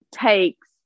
takes